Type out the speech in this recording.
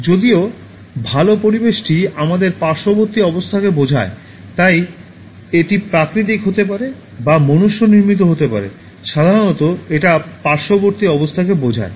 যদিও ভাল পরিবেশটি আমাদের পার্শ্ববর্তী অবস্থাকে বোঝায় তাই এটি প্রাকৃতিক হতে পারে বা মনুষ্যনির্মিত হতে পারে সাধারণত এটা পার্শ্ববর্তী অবস্থাকে বোঝায়